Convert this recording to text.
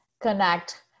connect